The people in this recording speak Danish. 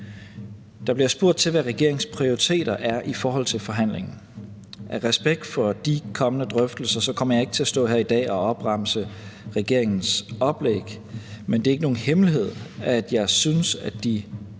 Der bliver spurgt til, hvad regeringens prioriteter er i forhold til forhandlingen. Af respekt for de kommende drøftelser kommer jeg ikke til at stå her i dag og opremse regeringens oplæg, men det er ikke nogen hemmelighed, at jeg synes, at de nuværende regler,